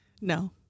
no